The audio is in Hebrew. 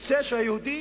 יוצא שהיהודי